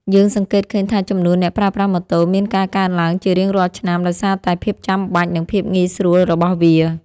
យើងសង្កេតឃើញថាចំនួនអ្នកប្រើប្រាស់ម៉ូតូមានការកើនឡើងជារៀងរាល់ឆ្នាំដោយសារតែភាពចាំបាច់និងភាពងាយស្រួលរបស់វា។